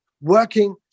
working